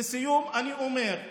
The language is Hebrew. לסיום אני אומר,